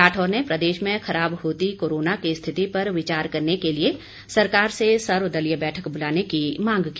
राठौर ने प्रदेश में खराब होती कोरोना की स्थिति पर विचार करने के लिए सरकार से सर्वदलीय बैठक बुलाने की मांग की